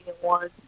one